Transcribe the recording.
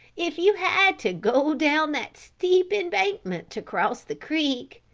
if you had to go down that steep embankment to cross the creek.